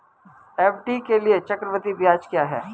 FD के लिए चक्रवृद्धि ब्याज क्या है?